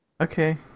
okay